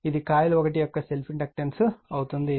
ఇది కాయిల్ 1 యొక్క self inductance అవుతుంది